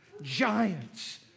Giants